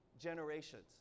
generations